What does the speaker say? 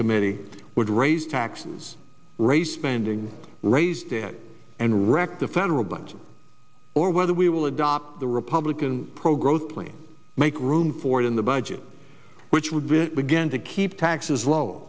committee would raise taxes raise spending raised it and wreck the federal budget or whether we will adopt the republican pro growth plan make room for it in the budget which would we begin to keep taxes low